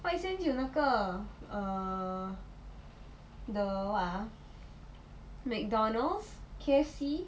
white sands 有那个 err the what ah McDonald's K_F_C